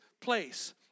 place